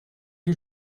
you